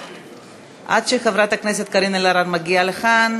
עד שחברת הכנסת קארין אלהרר מגיעה לכאן,